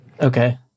okay